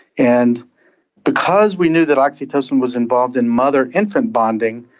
and because we knew that oxytocin was involved in mother-infant bonding,